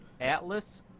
Atlas